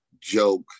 joke